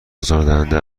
آزاردهنده